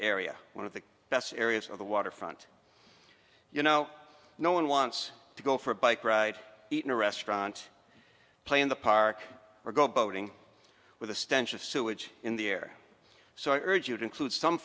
area one of the best areas of the waterfront you know no one wants to go for a bike ride in a restaurant play in the park or go boating with the stench of sewage in the air so i urge you to include some